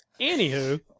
Anywho